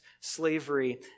slavery